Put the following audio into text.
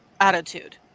attitude